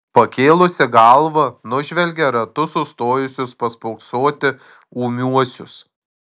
pakėlusi galvą nužvelgia ratu sustojusius paspoksoti ūmiuosius